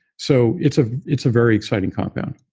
so it's ah it's a very exciting compound.